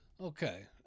Okay